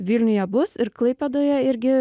vilniuje bus ir klaipėdoje irgi